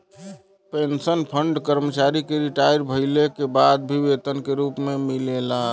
pension fund कर्मचारी के retire भइले के बाद भी वेतन के रूप में मिलला